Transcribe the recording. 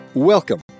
Welcome